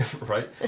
Right